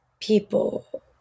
people